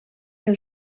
del